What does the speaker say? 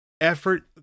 effort